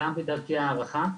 גם בדרכי ההערכה.